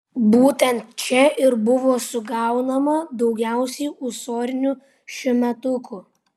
būtent čia ir buvo sugaunama daugiausiai ūsorių šiųmetukų